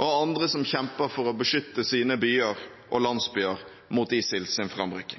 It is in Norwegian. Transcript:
og andre som kjemper for å beskytte sine byer og landsbyer mot